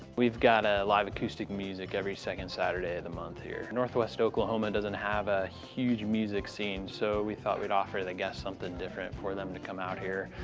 we've got ah live acoustic music every second saturday of the month here. northwest oklahoma doesn't have a huge music scene so we thought we'd offer the guests something different for them to come out here.